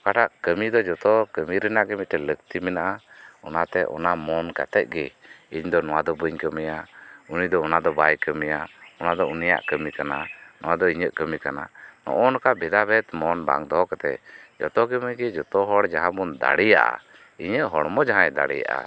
ᱚᱠᱟᱴᱟᱜ ᱠᱟᱹᱢᱤ ᱫᱚ ᱡᱚᱛᱚ ᱠᱟᱹᱢᱤ ᱨᱮᱱᱟᱜ ᱜᱮ ᱢᱤᱫᱴᱮᱡ ᱞᱟᱹᱠᱛᱤ ᱢᱮᱱᱟᱜᱼᱟ ᱚᱱᱟᱛᱮ ᱚᱱᱟ ᱢᱚᱱ ᱠᱟᱛᱮ ᱜᱮ ᱤᱧ ᱫᱚ ᱱᱚᱣᱟ ᱫᱚ ᱵᱟᱹᱧ ᱠᱟᱹᱢᱤᱭᱟ ᱩᱱᱤᱫᱚ ᱚᱱᱟ ᱫᱚ ᱵᱟᱭ ᱠᱟᱹᱢᱤᱭᱟ ᱚᱱᱟᱫᱚ ᱩᱱᱤᱭᱟᱜ ᱠᱟᱢᱤ ᱠᱟᱱᱟ ᱱᱚᱭᱟ ᱫᱚ ᱤᱧᱟᱹᱜ ᱠᱟᱢᱚ ᱠᱟᱱᱟ ᱱᱚᱜ ᱱᱚᱠᱟ ᱵᱷᱮᱫᱟ ᱵᱷᱮᱫ ᱢᱚᱱ ᱵᱟᱝ ᱫᱚᱦᱚ ᱠᱟᱛᱮ ᱡᱚᱛᱚ ᱜᱮ ᱵᱷᱟᱹᱜᱤ ᱡᱚᱛᱚ ᱦᱚᱲ ᱡᱟᱦᱟ ᱵᱚᱱ ᱫᱟᱲᱮᱭᱟᱜᱼᱟ ᱤᱧᱟᱜ ᱦᱚᱲᱢᱚ ᱡᱟᱦᱟᱭ ᱫᱟᱲᱮᱭᱟᱜᱼᱟ